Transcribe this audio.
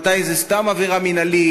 מתי זו סתם עבירה מינהלית,